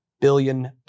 billion